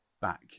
back